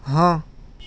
ہاں